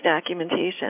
documentation